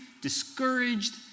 discouraged